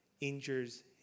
injures